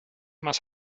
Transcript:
más